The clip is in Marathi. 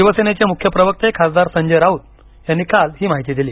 शिवसेनेचे मुख्य प्रवक्ते खासदार संजय राऊत यांनी काल ही माहिती दिली